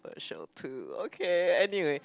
shall too okay anyway